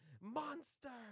Monster